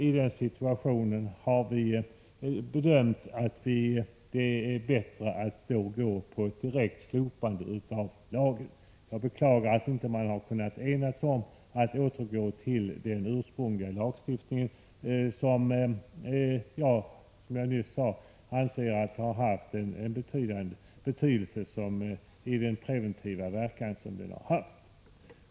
I den situationen har vi bedömt att det är bättre att gå in för ett direkt slopande av lagen. Jag beklagar att man inte har kunnat enas om att återgå till den ursprungliga lagstiftningen, vilken, som jag nyss sade, jag anser har haft en stor betydelse genom sin preventiva verkan.